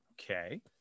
Okay